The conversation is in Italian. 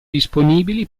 disponibili